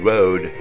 Road